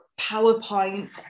powerpoints